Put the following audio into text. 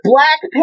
Black